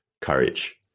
courage